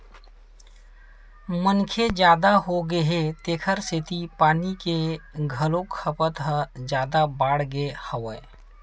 मनखे जादा होगे हे तेखर सेती पानी के घलोक खपत ह जादा बाड़गे गे हवय